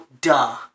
duh